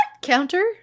Counter